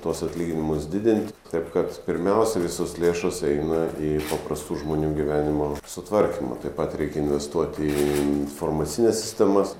tuos atlyginimus didint taip kad pirmiausia visos lėšos eina į paprastų žmonių gyvenimo sutvarkymą taip pat reikia investuoti į informacines sistemas